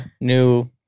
new